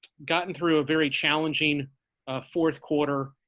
gotten through a very challenging fourth quarter,